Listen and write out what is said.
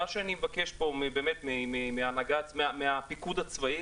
מה שאני מבקש פה מהפיקוד הצבאי,